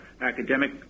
academic